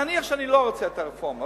נניח שאני לא רוצה את הרפורמה,